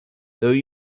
though